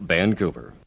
Vancouver